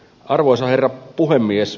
arvoisa herra puhemies